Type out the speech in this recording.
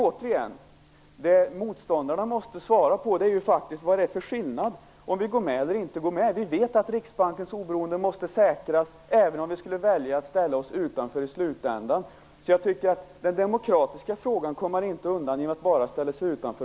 Återigen: Det som motståndarna måste svara på är vad det är för skillnad för oss mellan att gå med och att inte gå med. Vi vet att Riksbankens oberoende måste säkras, även om vi i slutänden skulle välja att ställa oss utanför. Man kommer inte undan från den demokratiska frågan bara genom att säga nej och ställa sig utanför.